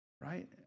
right